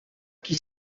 qui